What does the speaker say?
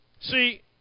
See